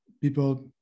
people